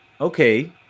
okay